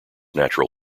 natural